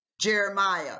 Jeremiah